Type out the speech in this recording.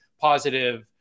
positive